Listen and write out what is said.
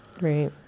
Right